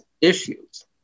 issues